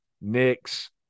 Knicks